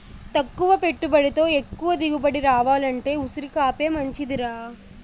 తక్కువ పెట్టుబడితో ఎక్కువ దిగుబడి రావాలంటే ఉసిరికాపే మంచిదిరా